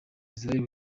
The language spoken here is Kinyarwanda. israel